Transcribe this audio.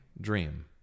dream